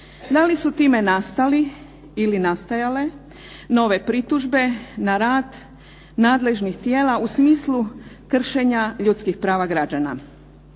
da li su time nastali ili nastajale nove pritužbe na rad nadležnih tijela u smislu kršenja ljudskih prava građana.